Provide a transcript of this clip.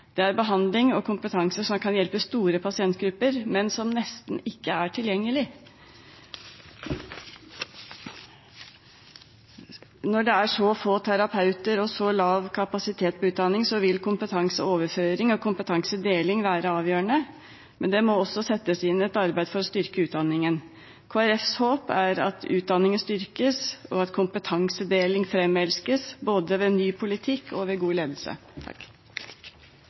Det er behandling og kompetanse som kan hjelpe store pasientgrupper, men som nesten ikke er tilgjengelig. Når det er så få terapeuter og så lav kapasitet på utdanning, vil kompetanseoverføring og kompetansedeling være avgjørende, men det må også settes inn et arbeid for å styrke utdanningen. Kristelig Folkepartis håp er at utdanningen styrkes, og at kompetansedeling framelskes, både ved ny politikk og ved god ledelse. Takk